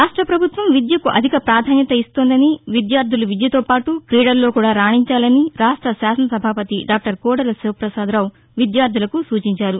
రాష్ట ప్రభుత్వం విద్యకు అధిక ప్రాధాన్యత ఇస్తోందని విద్యార్టులు విద్యతో పాటు క్రీడల్లో కూడా రాణించాలని రాష్ట శాసనసభాపతి డాక్టర్ కోడెల శివపసాదరావు విద్యార్టులకు సూచించారు